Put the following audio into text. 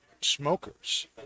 smokers